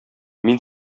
мин